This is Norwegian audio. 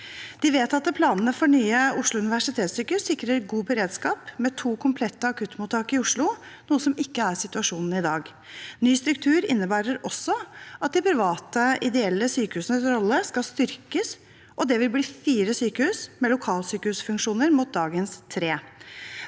De vedtatte planene for nye Oslo universitetssykehus sikrer god beredskap med to komplette akuttmottak i Oslo, noe som ikke er situasjonen i dag. Ny struktur innebærer også at de private, ideelle sykehusenes rolle skal styrkes, og det vil bli fire sykehus med lokalsykehusfunksjoner, mot dagens tre.